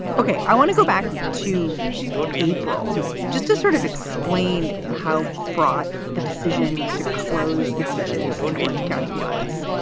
okay. i want to go back to april just to sort of explain how fraught the decision to close the beaches in orange county was.